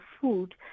food